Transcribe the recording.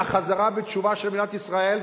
החזרה בתשובה של מדינת ישראל,